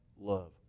love